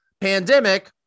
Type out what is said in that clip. pandemic